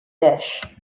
dish